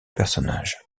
personnage